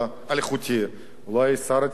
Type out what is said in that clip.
אולי שר התקשורת התת-קרקעית,